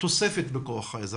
תוספת בכוח עזר.